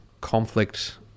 conflict